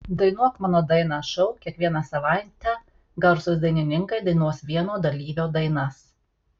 dainuok mano dainą šou kiekvieną savaitę garsūs dainininkai dainuos vieno dalyvio dainas